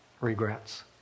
regrets